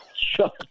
shut